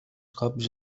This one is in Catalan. cops